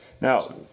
Now